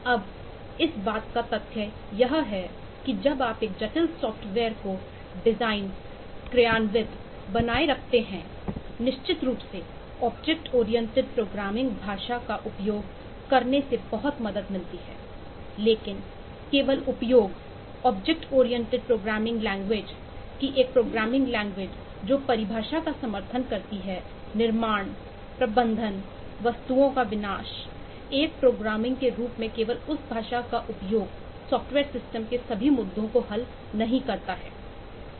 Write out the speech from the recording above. अब इस बात का तथ्य यह है कि जब आप एक जटिल सॉफ्टवेयर को डिजाइन कार्यान्वित और बनाए रखते हैं निश्चित रूप से ऑब्जेक्ट ओरिएंटेड प्रोग्रामिंग लैंग्वेज कि एक प्रोग्रामिंग लैंग्वेज जो परिभाषा का समर्थन करती है निर्माण प्रबंधन वस्तुओं का विनाश एक प्रोग्रामिंग के रूप में केवल उस भाषा का उपयोग सॉफ्टवेयर सिस्टम के सभी मुद्दों को हल नहीं करता है